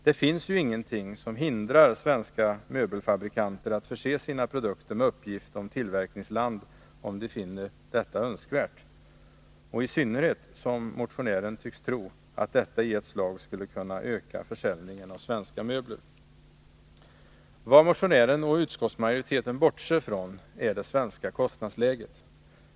Det finns ju ingenting som hindrar svenska möbelfabrikanter att förse sina produkter med uppgift om tillverkningsland, om de så finner önskvärt — och i synnerhet som motionären tycks tro att detta i ett slag skulle kunna öka försäljningen av svenska möbler. Vad motionären och utskottsmajoriteten bortser från är det svenska kostnadsläget.